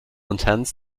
intends